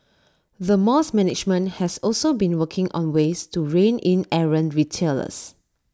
the mall's management has also been working on ways to rein in errant retailers